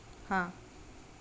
हां